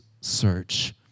search